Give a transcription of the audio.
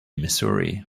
missouri